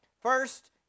First